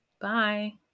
bye